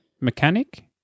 mechanic